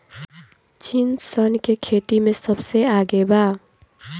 चीन सन के खेती में सबसे आगे बा